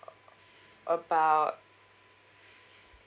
about